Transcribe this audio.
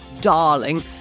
darling